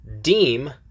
deem